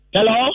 Hello